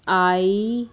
I